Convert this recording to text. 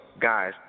guys